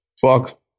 fuck